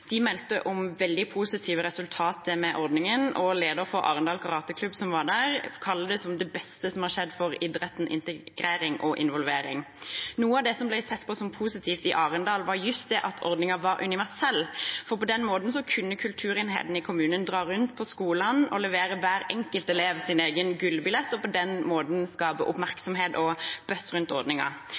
De meldte om veldig positive resultater med ordningen, og lederen for Arendal karateklubb, som var der, kalte det det beste som hadde skjedd for idretten, integreringen og involveringen. Noe av det som ble sett på som positivt i Arendal, var just det at ordningen var universell, for på den måten kunne kulturenheten i kommunen dra rundt på skolene og levere hver enkelt elev en egen gullbillett og på den måten skape oppmerksomhet og «buzz» rundt